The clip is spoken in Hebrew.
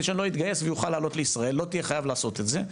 שלא אתגייס ואוכל לעלות לישראל - לא תהיה חייב לעשות זאת.